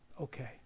okay